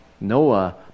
Noah